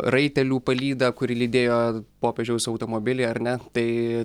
raitelių palydą kuri lydėjo popiežiaus automobilį ar ne tai